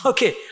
Okay